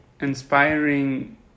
inspiring